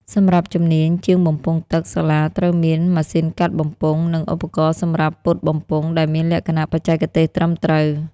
សម្រាប់ជំនាញ ជាងបំពង់ទឹក សាលាត្រូវមាន ម៉ាស៊ីនកាត់បំពង់ និង ឧបករណ៍សម្រាប់ពត់បំពង់ ដែលមានលក្ខណៈបច្ចេកទេសត្រឹមត្រូវ។